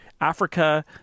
Africa